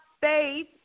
faith